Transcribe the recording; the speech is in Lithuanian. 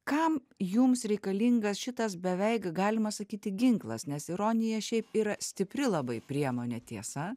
kam jums reikalingas šitas beveik galima sakyti ginklas nes ironija šiaip yra stipri labai priemonė tiesa